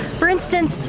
for instance,